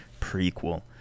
prequel